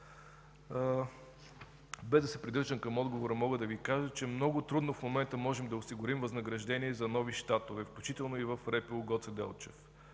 Без да се придържам към отговора, мога да Ви кажа, че много трудно в момента можем да осигурим възнаграждение за нови щатове, включително и в РПУ – Гоце Делчев.